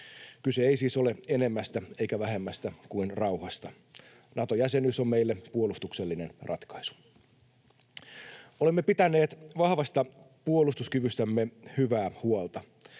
Kyse ei siis ole enemmästä eikä vähemmästä kuin rauhasta. Nato-jäsenyys on meille puolustuksellinen ratkaisu. Olemme pitäneet vahvasta puolustuskyvystämme hyvää huolta,